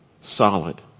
solid